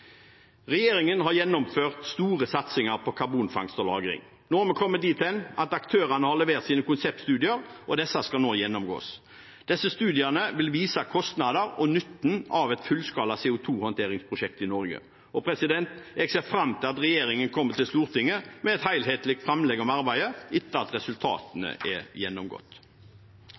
Regjeringen har gjennomført store satsinger på karbonfangst og -lagring. Vi har kommet dit hen at aktørene har levert sine konseptstudier, og disse skal nå gjennomgås. Disse studiene vil vise kostnader og nytten av et fullskala CO 2 -håndteringsprosjekt i Norge, og jeg ser fram til at regjeringen kommer til Stortinget med et helhetlig framlegg om arbeidet etter at resultatene er gjennomgått.